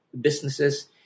businesses